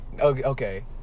Okay